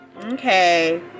Okay